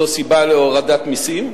זו סיבה להורדת מסים,